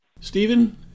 Stephen